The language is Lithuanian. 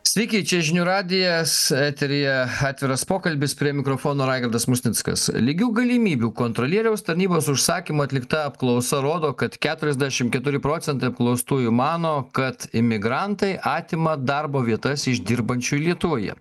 sveiki čia žinių radijas eteryje atviras pokalbis prie mikrofono raigardas musnickas lygių galimybių kontrolieriaus tarnybos užsakymu atlikta apklausa rodo kad keturiasdešim keturi procentai apklaustųjų mano kad imigrantai atima darbo vietas iš dirbančių lietuvoje